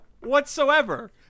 Whatsoever